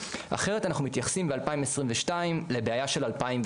אחרת אנחנו מתייחסים ל-2022 לבעיה של 2007,